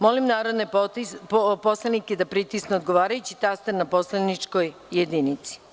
Molim narodne poslanike da pritisnu odgovarajući taster na poslaničkoj jedinici.